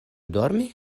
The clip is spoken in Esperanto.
dormi